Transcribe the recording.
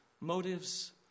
motives